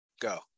Go